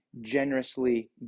generously